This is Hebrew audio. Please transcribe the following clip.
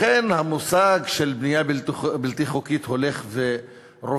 לכן המושג של בנייה בלתי חוקית הולך ורווח.